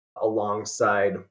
alongside